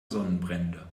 sonnenbrände